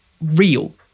real